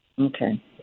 Okay